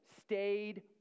stayed